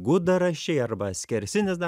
gudaraščiai arba skersinis dar